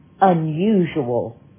unusual